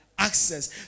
Access